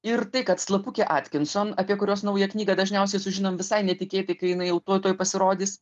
ir tai kad slapukė atkinson apie kurios naują knygą dažniausiai sužinom visai netikėtai kai jinai jau tuoj tuoj pasirodys